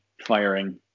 firing